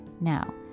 Now